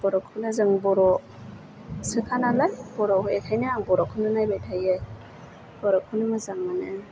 बर'खौनो जों बर'सोखा नालाय बर' एखायनो आं बर'खौनो नायबाय थायो बर'खौनो मोजां मोनो